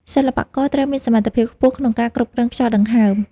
សិល្បករត្រូវមានសមត្ថភាពខ្ពស់ក្នុងការគ្រប់គ្រងខ្យល់ដង្ហើម។